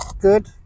Good